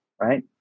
right